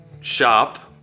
shop